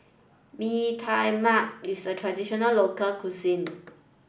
Mee Tai Mak is a traditional local cuisine